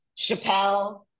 Chappelle